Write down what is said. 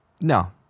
No